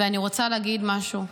אני רוצה להגיד משהו.